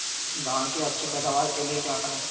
धान की अच्छी पैदावार के लिए क्या करें?